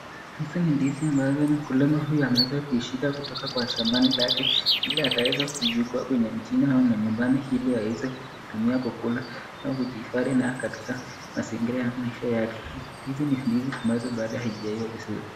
Hizi ni ndizi ambazo mkulima huyu ameweza kushika kutoka kwa shambani lake ili ataweza kujikoa kwenye mjini au manyumbani ili aweze kuitumia kukula au kujihifadhi na katika mazingira ya maisha yake. Hizi ni ndizi ambazo hazijaiva vizuri.